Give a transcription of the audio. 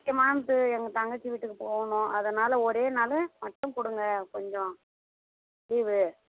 முக்கியமானது எங்கள் தங்கச்சி வீட்டுக்கு போகணும் அதனால் ஒரு நாள் மட்டும் கொடுங்க கொஞ்சம் லீவு